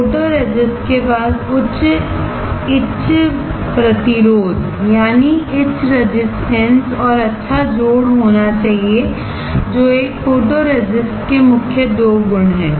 photoresist के पास उच्च ईच प्रतिरोध और अच्छा जोड़ होना चाहिए जो एक फोटोरेसिस्ट के मुख्य दो गुण हैं